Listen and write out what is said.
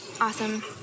awesome